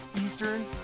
Eastern